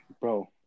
Bro